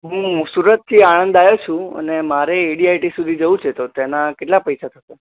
હું સુરતથી આણંદ આવ્યો છું અને મારે એડીઆઇટી સુઘી જવું છે તો તેના કેટલા પૈસા થશે